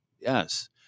Yes